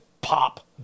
pop